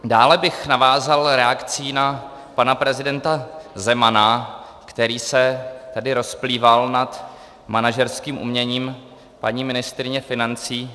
Dále bych navázal reakcí na pana prezidenta Zemana, který se tady rozplýval nad manažerským uměním paní ministryně financí.